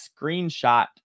screenshot